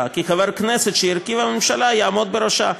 כי חבר כנסת שהרכיב הממשלה יעמוד בראשה,